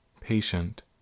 patient